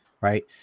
right